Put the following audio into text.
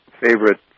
favorite